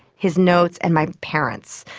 his notes, and my parents.